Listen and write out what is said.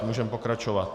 Můžeme pokračovat.